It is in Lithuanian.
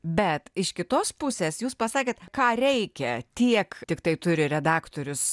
bet iš kitos pusės jūs pasakėt ką reikia tiek tiktai turi redaktorius